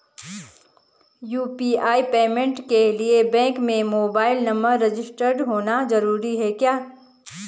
UPI payment के लिए bank में मोबाइल नंबर रजिस्टर्ड होना जरूरी है क्या?